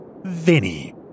Vinny